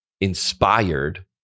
inspired